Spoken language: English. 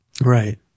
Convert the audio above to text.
Right